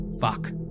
Fuck